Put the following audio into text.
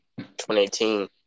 2018